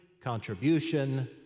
contribution